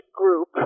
Group